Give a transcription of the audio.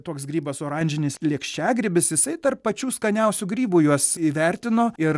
toks grybas oranžinis lėkščiagrybis jisai tarp pačių skaniausių grybų juos įvertino ir